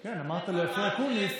כן, אמרת לפני אקוניס,